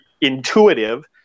intuitive